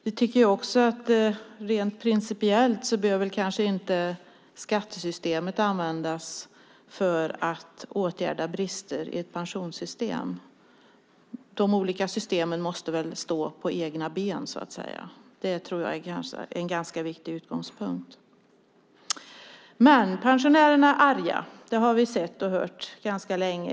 Vi tycker också att skattesystemet rent principiellt inte bör användas för att åtgärda brister i ett pensionssystem. De olika systemen måste stå på egna ben, så att säga. Det tror jag är en ganska viktig utgångspunkt. Men pensionärerna är arga. Det har vi sett och hört ganska länge.